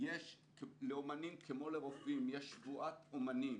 לאומנים כמו לרופאים יש שבועת אומנים,